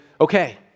okay